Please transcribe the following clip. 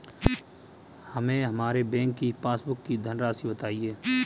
हमें हमारे बैंक की पासबुक की धन राशि बताइए